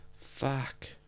Fuck